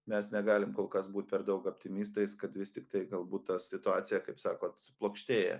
mes negalim kol kas būt per daug optimistais kad vis tiktai galbūt ta situacija kaip sako suplokštėja